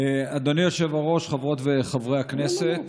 אדוני היושב-ראש, חברות וחברי הכנסת,